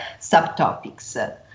subtopics